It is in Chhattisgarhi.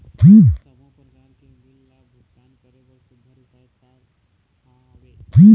सबों प्रकार के बिल ला भुगतान करे बर सुघ्घर उपाय का हा वे?